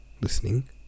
Listening